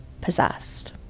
possessed